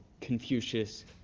Confucius